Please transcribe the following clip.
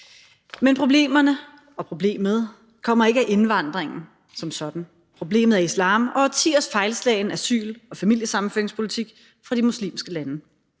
Men problemerne – og problemet – kommer ikke af indvandringen som sådan; problemet er islam og årtiers fejlslagen asyl- og familiesammenføringspolitik i forhold til folk fra de